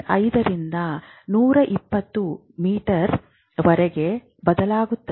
5 ರಿಂದ 120 ಮೀಟರ್ ವರೆಗೆ ಬದಲಾಗುತ್ತದೆ